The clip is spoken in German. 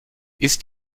ist